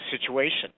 situation